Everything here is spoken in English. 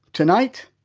tonight,